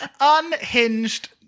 unhinged